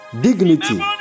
dignity